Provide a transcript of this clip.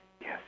Yes